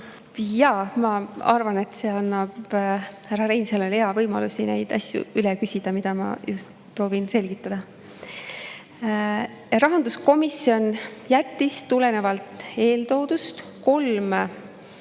Jaa, ma arvan, et see annab härra Reinsalule hea võimaluse neid asju üle küsida, mida ma just proovin selgitada. Rahanduskomisjon jättis tulenevalt eeltoodust kolm